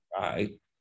right